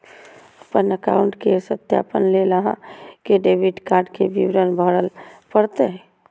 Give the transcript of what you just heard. अपन एकाउंट केर सत्यापन लेल अहां कें डेबिट कार्ड के विवरण भरय पड़त